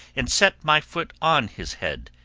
and set my foot on his head,